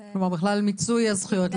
כלומר, בכלל מיצוי הזכויות.